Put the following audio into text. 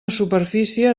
superfície